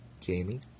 Jamie